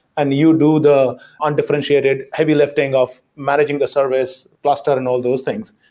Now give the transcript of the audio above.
and you do the undifferentiated, heavy lifting of managing the service cluster and all those things.